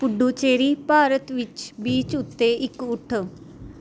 ਪੁਡੂਚੇਰੀ ਭਾਰਤ ਵਿੱਚ ਬੀਚ ਉੱਤੇ ਇੱਕ ਊਂਠ